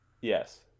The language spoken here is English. Yes